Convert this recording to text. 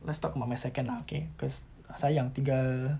let's talk about my second lah okay cause sayang tinggal